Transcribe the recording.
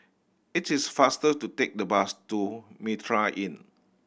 it is faster to take the bus to Mitraa Inn